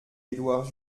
edouard